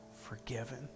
forgiven